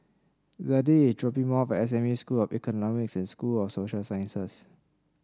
Zadie is dropping me off at S M U School of Economics and School of Social Sciences